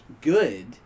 good